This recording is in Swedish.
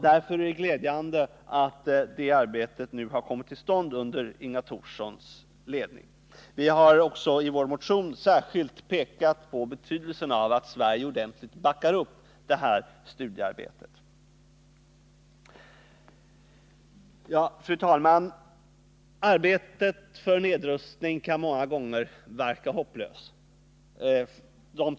Därför är det glädjande att det arbetet nu har kommit till stånd under Inga Thorssons ledning. Vi hari vår motion också särskilt pekat på betydelsen av att Sverige ordentligt backar upp detta studiearbete. Fru talman! Arbetet för nedrustning kan många gånger verka hopplöst.